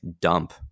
dump